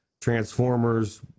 Transformers